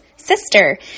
sister